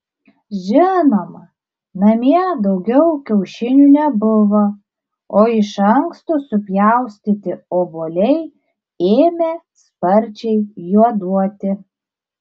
žinoma namie daugiau kiaušinių nebuvo o iš anksto supjaustyti obuoliai ėmė sparčiai juoduoti